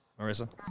Marissa